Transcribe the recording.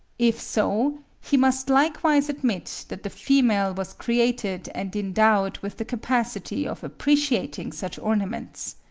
if so, he must likewise admit that the female was created and endowed with the capacity of appreciating such ornaments.